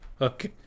Okay